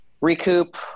recoup